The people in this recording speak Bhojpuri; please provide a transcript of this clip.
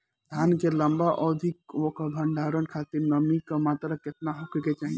धान के लंबा अवधि क भंडारण खातिर नमी क मात्रा केतना होके के चाही?